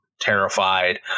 terrified